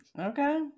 Okay